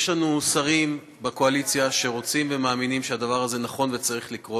יש לנו שרים בקואליציה שרוצים ומאמינים שהדבר הזה נכון וצריך לקרות.